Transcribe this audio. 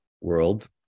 world